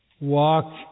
walk